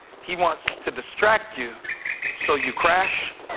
he wants to distract you so you crash